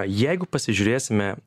jeigu pasižiūrėsime